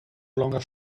longer